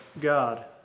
God